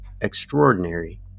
extraordinary